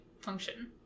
function